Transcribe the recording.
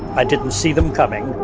i didn't see them coming